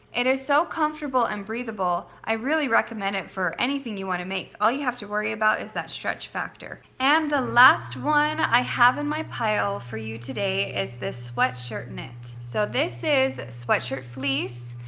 it is so comfortable and breathable. i really recommend it for anything you want to make. all you have to worry about is that stretch factor. and the last one i have in my pile for you today is the sweatshirt knit. so this is sweatshirt fleece.